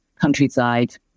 countryside